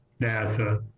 NASA